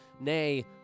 nay